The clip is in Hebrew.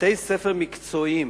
בתי-ספר מקצועיים